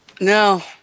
No